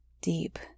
deep